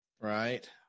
right